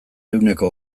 ehuneko